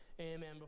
Amen